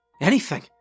Anything